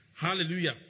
Hallelujah